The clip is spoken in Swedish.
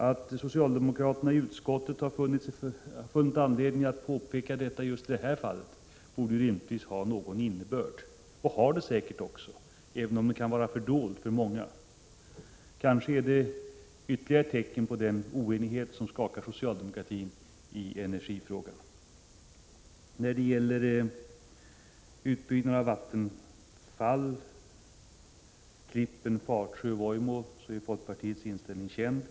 Att socialdemokraterna i utskottet har funnit anledning att påpeka detta just i det här fallet borde ha någon innebörd och har det säkerligen också. Kanske är det ytterligare ett tecken på den oenighet som skakar socialdemokratin i energifrågan. Vad gäller Vattenfalls utbyggnad av Klippen, Fatsjö och Vojmå är folkpartiets inställning känd.